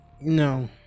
No